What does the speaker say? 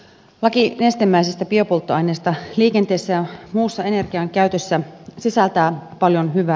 laki nestemäisistä biopolttoaineista liikenteessä ja muussa energiankäytössä sisältää paljon hyvää